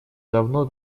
давно